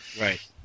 Right